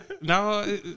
No